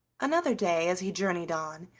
another day, as he journeyed on,